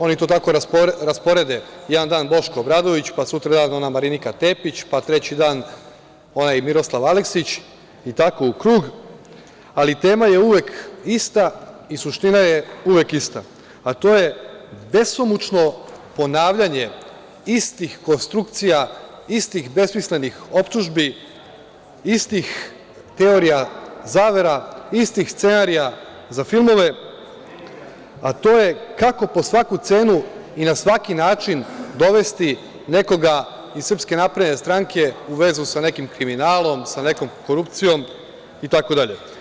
Oni to tako rasporede, jedan dan Boško Obradović, pa sutradan Marinika Tepić, pa treći dan, onaj Miroslav Aleksić i tako u krug, ali tema je uvek ista i suština je uvek ista, a to je besomučno ponavljanje istih konstrukcija, istih besmislenih optužbi, istih teorija zamera, istih scenarija za filmove, a to je kako po svaku cenu i na svaki način dovesti nekoga iz SNS u vezu sa nekim kriminalom, se nekom korupcijom itd.